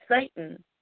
Satan